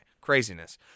craziness